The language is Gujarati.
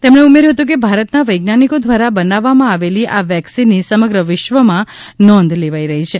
તેમણે ઉમેર્યું હતું કે ભારતના વૈજ્ઞાનિકો દ્વારા બનાવવામાં આવેલી આ વેકસીનની સમગ્ર વિશ્વમાં નોંધ લેવાઈ છે